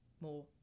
more